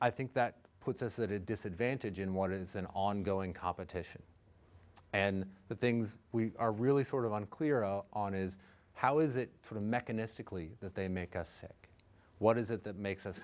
i think that puts us at a disadvantage in what is an ongoing competition and the things we are really sort of unclear on is how is it the mechanistically that they make us sick what is it that makes us